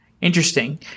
Interesting